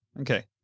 Okay